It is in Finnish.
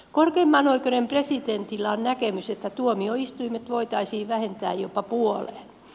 korkeimman oikeuden presidentillä on näkemys että tuomioistuimet voitaisiin vähentää jopa puoleen